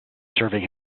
serving